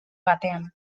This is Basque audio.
batean